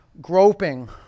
groping